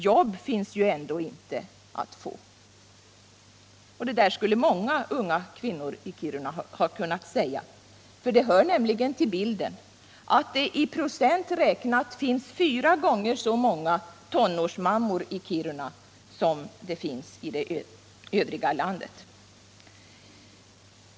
Jobb finns ju ändå inte att få.” Det där skulle många unga kvinnor i Kiruna ha kunnat säga. Det hör nämligen till bilden att det i procent räknat finns fyra gånger så många tonårsmammor i Kiruna som i det övriga landet.